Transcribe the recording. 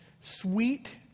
sweet